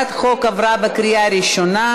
התשע"ז 2017,